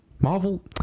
Marvel